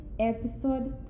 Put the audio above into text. episode